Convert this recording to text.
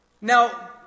Now